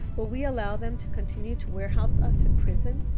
will we allow them to continue to warehouse us in prison?